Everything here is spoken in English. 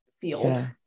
field